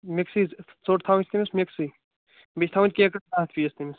mix ژۄٛٹ تھوٕنۍ چھِ تٔمس مِکٕس بیٚیہِ چھِ تھوٕنۍ کیکس ہتھ پیٖس تٔمِس